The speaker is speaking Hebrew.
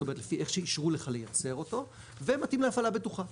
זאת אומרת לפי איך שאישרו לך לייצר אותו ומתאים להפעלה בטוחה.